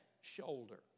Shoulder